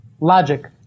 Logic